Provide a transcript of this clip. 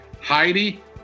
Heidi